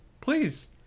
please